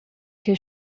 ch’ei